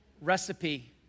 recipe